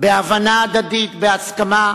בהבנה הדדית, בהסכמה.